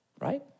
Right